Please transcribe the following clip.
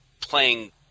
playing